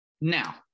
Now